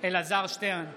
אלעזר שטרן,